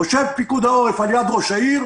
יושב פיקוד העורף על יד ראש העיר.